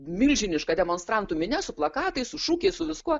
milžiniška demonstrantų minia su plakatais su šūkiais su viskuo